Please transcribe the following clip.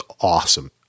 awesome